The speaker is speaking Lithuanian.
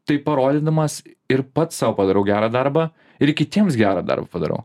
tai parodydamas ir pats sau padariau gerą darbą ir kitiems gerą darbą padarau